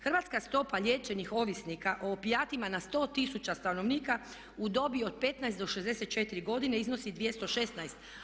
Hrvatska stopa liječenih ovisnika o opijatima na 100 tisuća stanovnika u dobi od 15 do 64 godine iznosi 216.